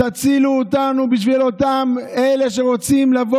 תצילו אותנו בשביל אותם אלה שרוצים לבוא